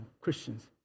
Christians